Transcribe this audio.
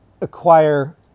acquire